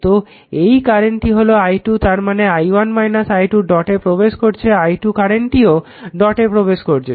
তো এই কারেন্টটি হলো i 2 তারমানে i1 i 2 ডটে প্রবেশ করছে i 2 কারেন্টটিও ডটে প্রবেশ করছে